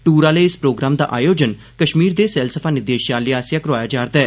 दूर आह्ले इस प्रोग्राम दा आयोजन कश्मीर दे सैलसफा निदेशालय आस्सेआ करोआया जा'रदा ऐ